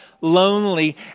lonely